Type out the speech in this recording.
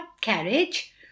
carriage